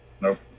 Nope